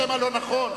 בשם הלא-נכון?